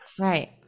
Right